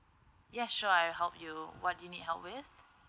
yes sure I'll help you what do you need help with